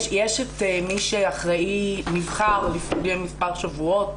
יש את מי שאחראי נבחר לפני מספר שבועות,